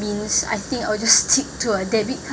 means I think I'll just stick to a debit card